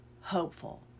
hopeful